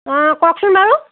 অ' কওকচোন বাৰু